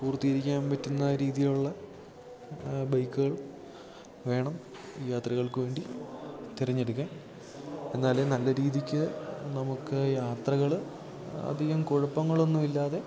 പൂർത്തീകരിക്കാൻ പറ്റുന്ന രീതിയിലുള്ള ബൈക്കുകൾ വേണം യാത്രകൾക്ക് വേണ്ടി തിരഞ്ഞെടുക്ക എന്നാലെ നല്ല രീതിക്ക് നമുക്ക് യാത്രകള് അധികം കുഴപ്പങ്ങളൊന്നും ഇല്ലാതെ